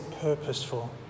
purposeful